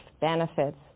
benefits